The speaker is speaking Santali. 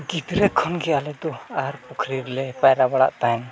ᱜᱤᱫᱽᱨᱟᱹ ᱠᱷᱚᱱᱜᱮ ᱟᱞᱮ ᱫᱚ ᱟᱦᱟᱨ ᱯᱩᱠᱷᱨᱤ ᱨᱮᱞᱮ ᱯᱟᱭᱨᱟ ᱵᱟᱲᱟᱜ ᱛᱟᱦᱮᱸᱫ